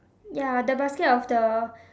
ya the basket of the